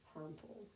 harmful